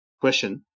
Question